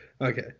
Okay